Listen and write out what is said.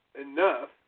enough